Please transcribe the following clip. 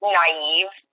naive